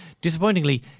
Disappointingly